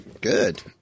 Good